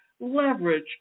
leverage